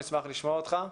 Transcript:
הוא לא פה?